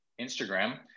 instagram